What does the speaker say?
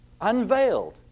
unveiled